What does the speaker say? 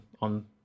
on